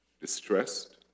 distressed